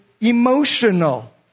emotional